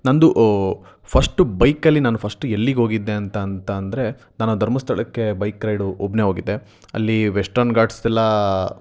ನನ್ನದು ಫಸ್ಟು ಬೈಕಲ್ಲಿ ನಾನು ಫಸ್ಟ್ ಎಲ್ಲಿಗೆ ಹೋಗಿದ್ದೆ ಅಂತಂತಂದರೆ ನಾನು ಧರ್ಮಸ್ಥಳಕ್ಕೆ ಬೈಕ್ ರೈಡು ಒಬ್ಬನೇ ಹೋಗಿದ್ದೆ ಅಲ್ಲಿ ವೆಸ್ಟರ್ನ್ ಗಾಟ್ಸೆಲ್ಲ